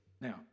Now